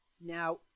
Now